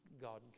God